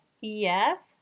Yes